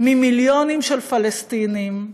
ממיליונים של פלסטינים,